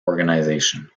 organisation